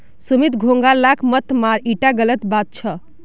सुमित घोंघा लाक मत मार ईटा गलत बात छ